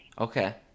Okay